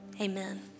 amen